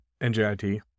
NJIT